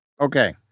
okay